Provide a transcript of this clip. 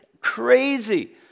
crazy